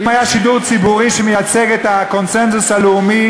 אם היה שידור ציבורי שמייצג את הקונסנזוס הלאומי,